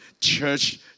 church